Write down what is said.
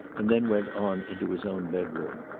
and then went on into his own bedroom.